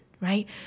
right